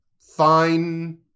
fine